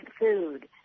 food